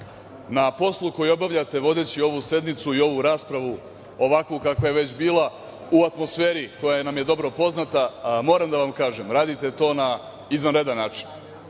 na poslu koji obavljate vodeći ovu sednicu i ovu raspravu ovakvu kakva je već bila, u atmosferi koja nam je dobro poznata, moram da vam kažem, radite to na izvanredan način.